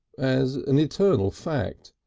as an eternal fact,